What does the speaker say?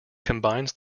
combines